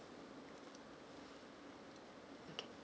okay